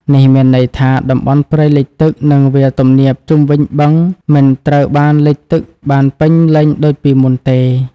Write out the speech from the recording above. នេះមានន័យថា តំបន់ព្រៃលិចទឹក និងវាលទំនាបជុំវិញបឹងមិនត្រូវបានលិចទឹកបានពេញលេញដូចពីមុនទេ។